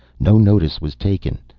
no notice was taken.